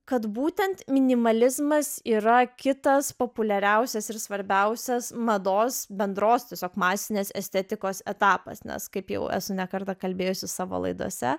kad būtent minimalizmas yra kitas populiariausias ir svarbiausias mados bendros tiesiog masinės estetikos etapas nes kaip jau esu ne kartą kalbėjusi savo laidose